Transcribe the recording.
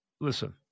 listen